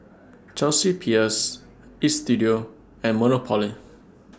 Chelsea Peers Istudio and Monopoly